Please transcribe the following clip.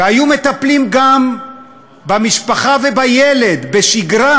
והיו מטפלים גם במשפחה ובילד בשגרה,